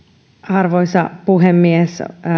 arvoisa puhemies